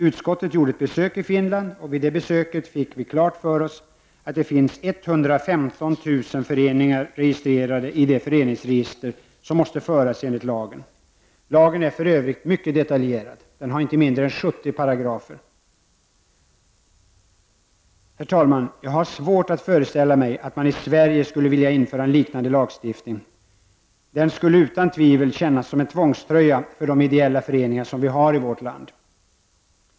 Utskottet gjorde ett besök i Finland, och vid det besöket fick vi klart för oss att det finns 115 000 föreningar registrerade i det föreningsregister som måste föras enligt lagen. Lagen är för övrigt mycket detaljerad. Den har inte mindre än 70 paragrafer. Herr talman! Jag har svårt att föreställa mig att man i Sverige skulle vilja införa en liknande lagstiftning. Det skulle utan tvivel kännas som en tvångströja för de ideella föreningar som vi har i vårt land.